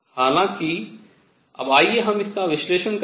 हालाँकि अब आइए हम इसका विश्लेषण करें